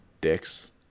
dicks